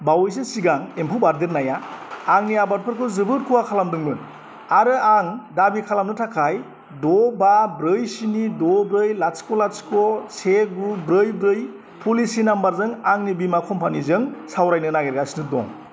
बावैसो सिगां एम्फौ बारदेरनाया आंनि आबादफोरखौ जोबोर खहा खालामदोंमोन आरो आं दाबि खालामनो थाखाय द' बा ब्रै स्नि द' ब्रै लाथिख' लाथिख' से गु ब्रै ब्रै पलिसि नाम्बारजों आंनि बीमा कम्पानिजों सावरायनो नागिरगासिनो दं